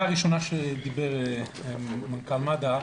הנקודה הראשונה שעליה דיבר מנכ"ל מד"א,